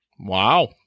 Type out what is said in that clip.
Wow